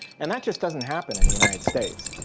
and that just doesn't happen in the united states.